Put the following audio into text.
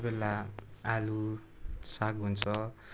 कोही बेला आलु साग हुन्छ